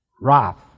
Wrath